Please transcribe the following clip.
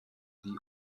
die